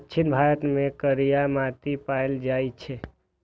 दक्षिण भारत मे करिया माटि पाएल जाइ छै